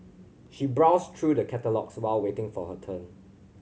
she browsed through the catalogues while waiting for her turn